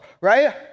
right